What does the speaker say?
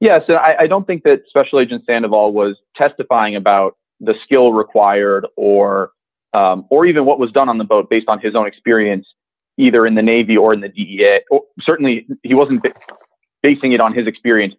yes i don't think that special agents and of all was testifying about the skill required or or even what was done on the boat based on his own experience either in the navy or in the certainly he wasn't basing it on his experience